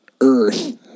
Earth